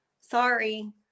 Sorry